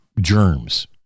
germs